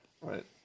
Right